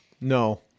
no